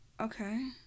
Okay